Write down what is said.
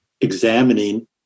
examining